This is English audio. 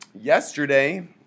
yesterday